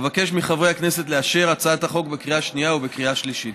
אבקש מחברי הכנסת לאשר את הצעת החוק בקריאה השנייה ובקריאה השלישית.